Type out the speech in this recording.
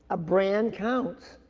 ah brand counts.